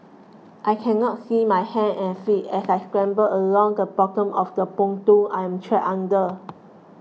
I can not see my hands and feet as I scramble along the bottom of the pontoon I'm trapped under